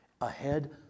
ahead